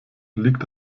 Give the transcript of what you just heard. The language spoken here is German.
liegt